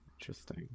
Interesting